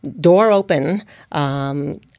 door-open